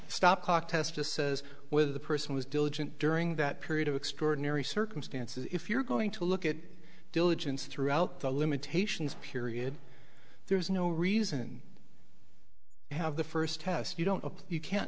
stopcock test just says whether the person was diligent during that period of extraordinary circumstances if you're going to look at it diligence throughout the limitations period there's no reason to have the first test you don't know you can't